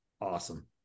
awesome